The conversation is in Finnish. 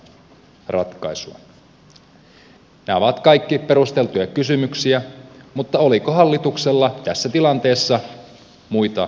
nämä ovat kaikki perusteltuja kysymyksiä mutta oliko hallituksella tässä tilanteessa muita vaihtoehtoja